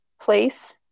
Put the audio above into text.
place